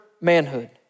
manhood